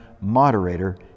Moderator